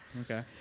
okay